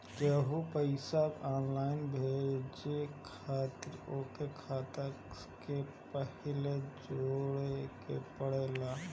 केहू के पईसा ऑनलाइन भेजे खातिर ओकर खाता के पहिले जोड़े के पड़ेला